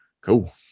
Cool